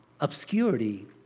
obscurity